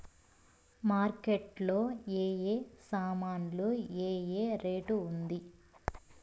Market లో ఏ ఏ సామాన్లు ఏ ఏ రేటు ఉంది?